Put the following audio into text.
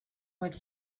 what